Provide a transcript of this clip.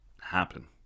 happen